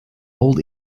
old